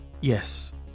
Yes